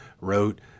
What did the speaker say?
wrote